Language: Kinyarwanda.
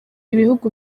ibihugu